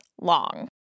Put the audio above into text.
long